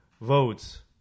votes